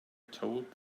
told